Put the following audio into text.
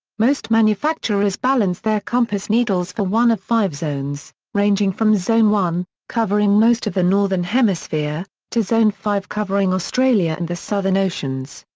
most manufacturers balance their compass needles for one of five zones, ranging from zone one, covering most of the northern hemisphere, to zone five covering australia and the southern oceans.